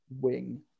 wing